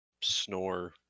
snore